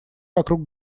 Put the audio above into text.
вокруг